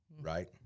Right